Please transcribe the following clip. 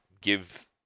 give